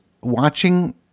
watching